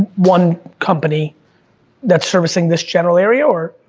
one company that's servicing this channel area, or?